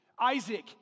Isaac